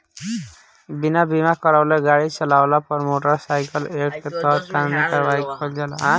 बिना बीमा करावले गाड़ी चालावला पर मोटर साइकिल एक्ट के तहत कानूनी कार्रवाई कईल जाला